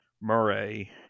Murray